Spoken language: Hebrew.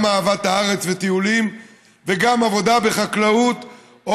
גם אהבת הארץ וטיולים וגם עבודה בחקלאות או